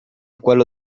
quello